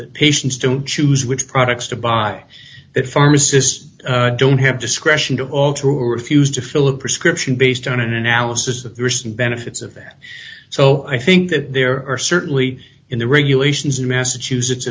that patients don't choose which products to buy that pharmacists don't have discretion to alter or refused to fill a prescription based on an analysis of the recent benefits of that so i think that there are certainly in the regulations in massachusetts